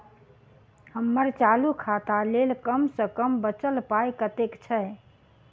हम्मर चालू खाता लेल कम सँ कम बचल पाइ कतेक छै?